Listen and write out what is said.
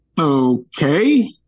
okay